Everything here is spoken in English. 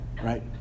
right